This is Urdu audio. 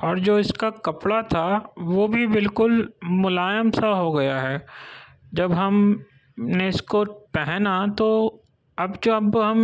اور جو اس کا کپڑا تھا وہ بھی بالکل ملائم سا ہو گیا ہے جب ہم نے اس کو پہنا تو اب کہ اب ہم